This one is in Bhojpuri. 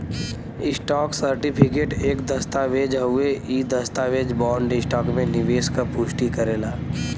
स्टॉक सर्टिफिकेट एक दस्तावेज़ हउवे इ दस्तावेज बॉन्ड, स्टॉक में निवेश क पुष्टि करेला